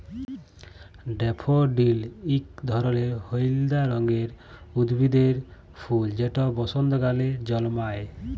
daffodil ইক ধরলের হইলদা রঙের উদ্ভিদের ফুল যেট বসল্তকালে জল্মায়